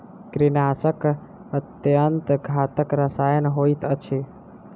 कीड़ीनाशक अत्यन्त घातक रसायन होइत अछि